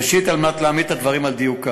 ראשית, כדי להעמיד את הדברים על דיוקם,